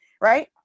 right